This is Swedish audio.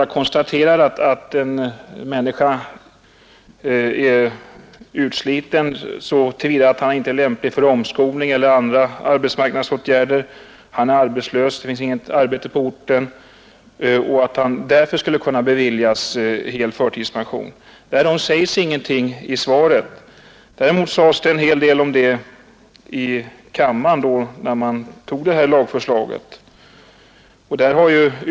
Man konstaterar bara att en människa är utsliten, så till vida att han inte är lämplig för omskolning eller andra arbetsmarknadspolitiska åtgärder. Att det förhållandet att han också är arbetslös och det inte finns något annat arbete på orten skulle göra att han erhåller full förtidspension sägs det inget om i svaret. Däremot sades det en hel del om det i kammaren när detta lagförslag togs.